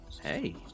Hey